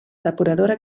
depuradora